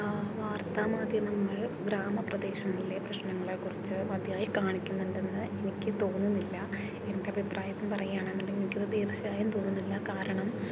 വാർത്താ മാധ്യമങ്ങൾ ഗ്രാമപ്രദേശങ്ങളിലെ പ്രശ്നങ്ങളെക്കുറിച്ച് മതിയായി കാണിക്കുന്നുണ്ടെന്ന് എനിക്ക് തോന്നുന്നില്ല എൻ്റെ അഭിപ്രായം പറയുകയാണെന്നുണ്ടെങ്കിൽ എനിക്കത് തീർച്ചയായും തോന്നുന്നില്ല കാരണം